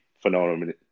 phenomenon